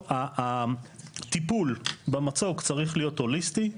הטיפול במצוק צריך להיות הוליסטי.